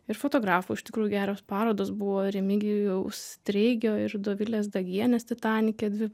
ir fotografų iš tikrųjų geros parodos buvo remigijaus treigio ir dovilės dagienės titanike dvi